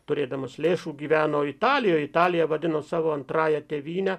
turėdamas lėšų gyveno italijoj italiją vadino savo antrąja tėvyne